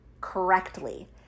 correctly